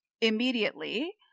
immediately